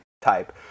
type